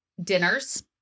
dinners